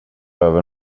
över